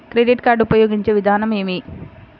Credit card ఉపయోగించే విధానం ఏమి?